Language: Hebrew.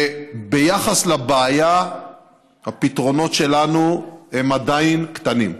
וביחס לבעיה הפתרונות שלנו עדיין קטנים.